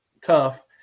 tough